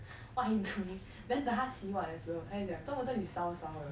what are you doing then 她洗碗的时候她又讲怎么这里烧烧的